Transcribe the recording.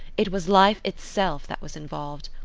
it was life itself that was involved.